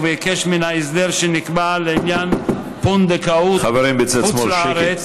ובהיקש מן ההסדר שנקבע לעניין פונדקאות חוץ לארץ,